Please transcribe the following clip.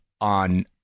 on